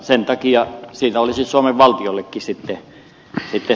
sen takia siinä olisi suomen valtiollekin säästöjä